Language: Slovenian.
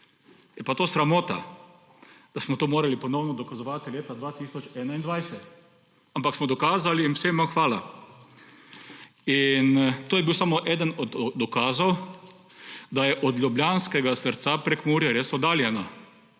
Je pa to sramota, da smo to morali ponovno dokazovati leta 2021, ampak smo dokazali in vsem vam hvala. To je bil samo eden od dokazov, da je od ljubljanskega srca Prekmurje res oddaljeno.